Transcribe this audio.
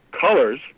colors